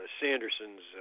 Sanderson's